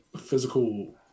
physical